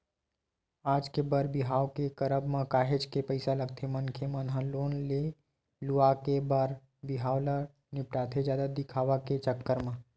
आज के बर बिहाव के करब म काहेच के पइसा लगथे मनखे मन ह लोन ले लुवा के बर बिहाव ल निपटाथे जादा दिखावा के चक्कर म